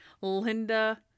Linda